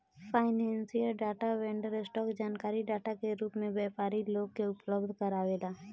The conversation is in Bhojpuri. फाइनेंशियल डाटा वेंडर, स्टॉक जानकारी डाटा के रूप में व्यापारी लोग के उपलब्ध कारावेला